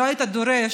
לא היית דורש